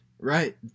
Right